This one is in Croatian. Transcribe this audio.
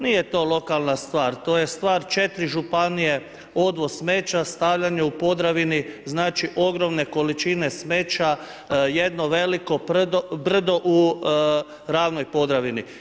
Nije to lokalna stvar, to je stvar 4 županije, odvoz smeća, stavljanje u Podravini, znači ogromne količine smeća, jedno veliko brdo u ravnoj Podravini.